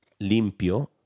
limpio